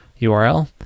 url